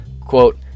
Quote